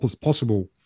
possible